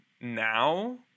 now